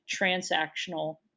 transactional